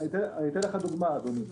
אתן לך דוגמה.